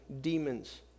demons